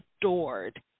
adored